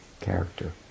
character